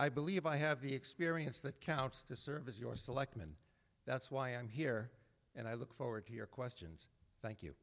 i believe i have the experience that counts to serve as your selectman that's why i'm here and i look forward to your questions thank you